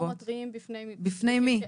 בפני מי?